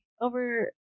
over